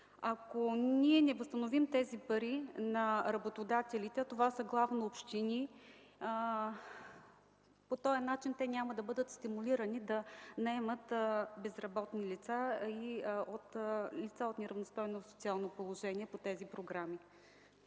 Ако ние не възстановим тези пари на работодателите, а това са главно общини, по този начин те няма да бъдат стимулирани да наемат безработни лица и лица от неравностойно социално положение по тези програми.